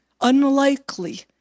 unlikely